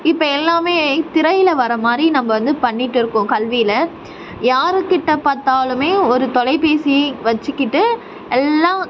இப்போ எல்லாமே திரையில் வர்ற மாதிரி நம்ப வந்து பண்ணிவிட்டு இருக்கோம் கல்வியில யாருகிட்ட பார்த்தாலுமே ஒரு தொலைபேசி வச்சுக்கிட்டு எல்லாம்